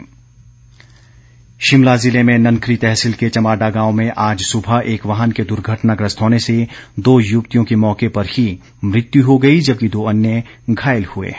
दुर्घटना शिमला ज़िले में ननखरी तहसील के चमाडा गांव में आज सुबह एक वाहन के दुर्घटनाग्रस्त होने से दो युवतियों की मौके पर ही मृत्यु हो गई जबकि दो अन्य घायल हुए हैं